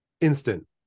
instant